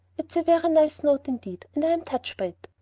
it's a very nice note indeed, and i am touched by it.